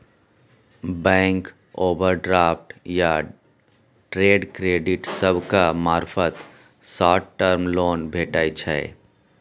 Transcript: bank overdraft या trade credit सभक मार्फत शॉर्ट टर्म लोन भेटइ छै